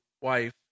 wife